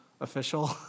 official